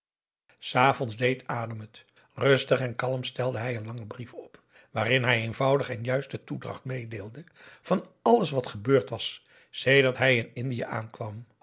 s avonds deed adam het rustig en kalm stelde hij een langen brief op waarin hij eenvoudig en juist de toedracht meedeelde van alles wat gebeurd was sedert hij in indië aankwam